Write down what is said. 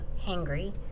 hangry